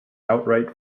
outright